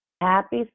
Happy